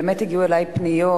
באמת הגיעו אלי פניות,